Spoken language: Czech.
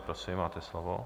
Prosím, máte slovo.